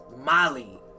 Molly